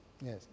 Yes